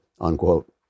Unquote